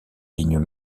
lignes